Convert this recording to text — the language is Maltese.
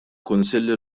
kunsilli